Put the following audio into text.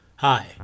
Hi